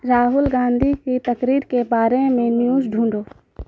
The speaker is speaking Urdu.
راہل گاندھی کی تقریر کے بارے میں نیوز ڈھونڈو